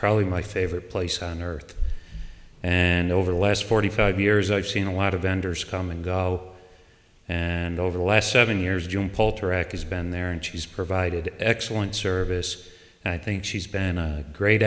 probably my favorite place on earth and over the last forty five years i've seen a lot of vendors come and go and over the last seven years jim poulter act has been there and she's provided excellent service and i think she's been a great